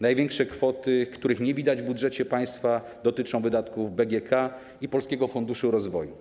Największe kwoty, których nie widać w budżecie państwa, dotyczą wydatków BGK i Polskiego Funduszu Rozwoju.